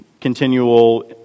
continual